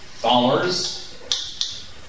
Dollars